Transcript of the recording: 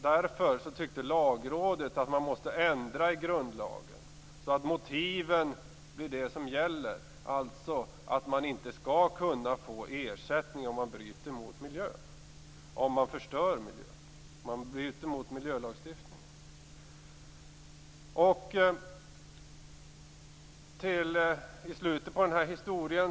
Därför tyckte Lagrådet att grundlagen måste ändras, så att motiven blir det som gäller, alltså att man inte skall kunna få ersättning om man bryter mot miljölagstiftningen och förstör miljön.